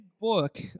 book